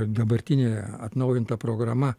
dabartinė atnaujinta programa